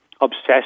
obsessed